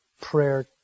Prayer